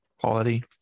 quality